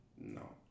No